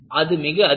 அது மிக அதிகம்